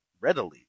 readily